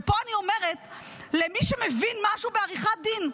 ופה אני אומרת למי שמבין משהו בעריכת דין: